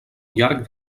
llarg